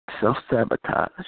self-sabotage